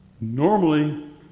Normally